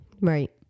Right